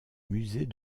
musée